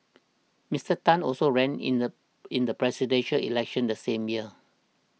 Mister Tan also ran in the in the Presidential Elections the same year